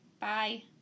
Bye